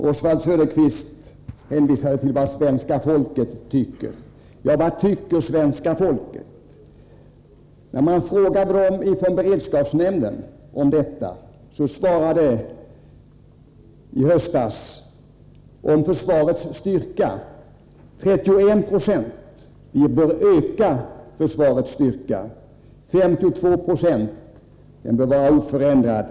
Oswald Söderqvist hänvisade till vad svenska folket tycker. Ja, vad tycker svenska folket? När beredskapsnämnden i höstas frågade svenska folket om försvarets styrka svarade 31 90 att vi bör öka den och 52 96 att den bör vara oförändrad.